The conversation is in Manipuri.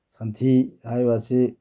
ꯁꯟꯊꯤ ꯍꯥꯏꯕ ꯑꯁꯤ